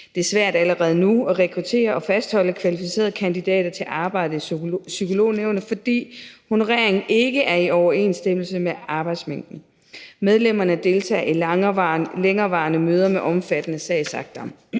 Det er allerede nu svært at rekruttere og fastholde kvalificerede kandidater til arbejdet i Psykolognævnet, fordi honoreringen ikke er i overensstemmelse med arbejdsmængden. Medlemmerne deltager i længerevarende møder med omfattende sagsakter,